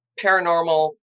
paranormal